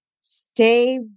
stay